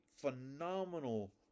phenomenal